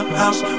house